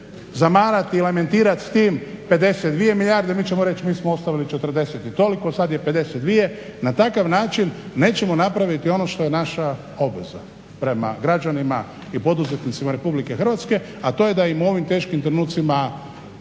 zamarat i lamentirat s tim 52 milijarde, mi ćemo reći mi smo ostavili 40 i toliko, sad je 52. Na takav način nećemo napraviti ono što je naša obveza prema građanima i poduzetnicima Republike Hrvatske, a to je da im u ovim teškim trenucima olakšamo